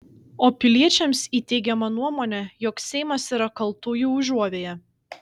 o piliečiams įteigiama nuomonė jog seimas yra kaltųjų užuovėja